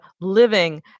living